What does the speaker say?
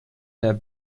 der